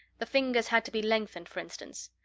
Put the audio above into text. the fingers had to be lengthened, for instance.